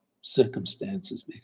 circumstances